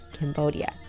cambodia.